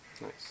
Nice